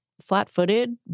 flat-footed